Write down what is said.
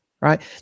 right